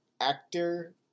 actor